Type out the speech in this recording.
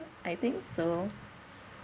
I think so